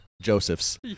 Joseph's